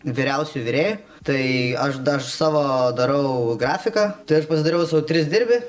vyriausiuoju virėjų tai aš dar savo darau grafiką tai aš pasidariau sau tris dirbi